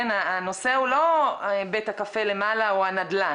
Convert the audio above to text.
הנושא הוא לא בית הקפה למעלה או הנדל"ן.